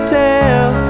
tell